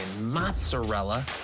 mozzarella